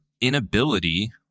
inability